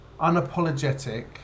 unapologetic